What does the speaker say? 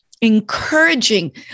encouraging